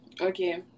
Okay